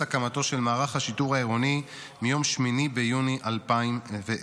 הקמתו של מערך השיטור העירוני מיום 8 ביוני 2010,